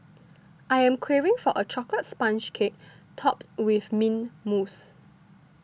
I am craving for a Chocolate Sponge Cake Topped with Mint Mousse